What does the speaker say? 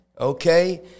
okay